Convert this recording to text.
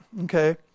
Okay